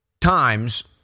times